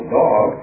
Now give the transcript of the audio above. dog